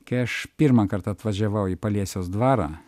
kai aš pirmą kartą atvažiavau į paliesiaus dvarą